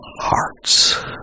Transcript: hearts